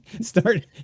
start